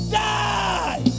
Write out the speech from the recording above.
die